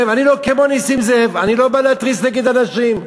אני לא כמו נסים זאב, אני לא בא להתריס נגד הנשים.